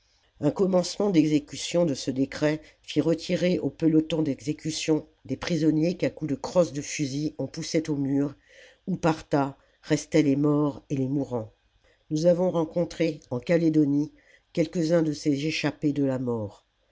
un commencement d'exécution de ce décret fit retirer aux pelotons d'exécution des prisonniers qu'à coups de crosse de fusil on poussait au mur où par tas restaient les morts et les mourants nous avons rencontré en calédonie quelques-uns de ces échappés de la mort